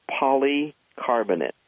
Polycarbonate